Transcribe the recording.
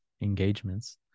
engagements